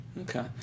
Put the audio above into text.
Okay